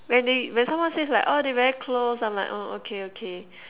when they when someone says like oh they very close I'm like oh okay okay